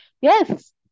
yes